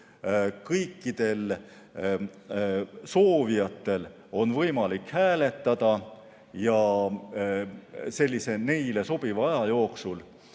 kõikidel soovijatel on võimalik hääletada neile sobiva aja jooksul.